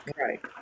Right